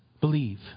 Believe